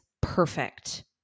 perfect